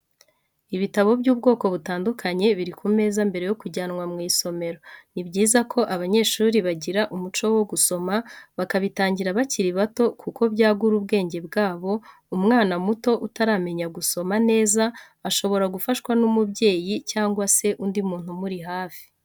Ibitabo by'ubwoko butandukanye biri ku meza mbere yo kujyanwa mw'isomero, ni byiza ko abanyeshuri bagira umuco wo gusoma bakabitangira bakiri bato kuko byagura ubwenge bwabo, umwana muto utaramenya gusoma neza shobora gufashwa n'umubyeyi cyangwa se undi muntu umuri hafi.